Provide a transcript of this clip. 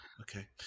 Okay